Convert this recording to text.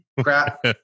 crap